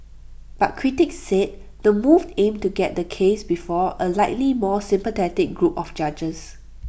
but critics said the move aimed to get the case before A likely more sympathetic group of judges